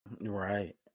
right